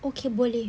okay boleh